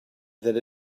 that